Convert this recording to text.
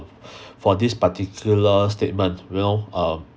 for this particular statement you know um